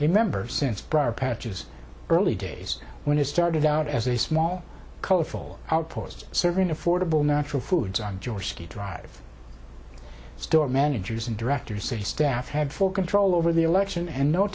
a member since briar patches early days when it started out as a small colorful outpost serving affordable natural foods on your city drive store managers and directors say the staff had full control over the election and no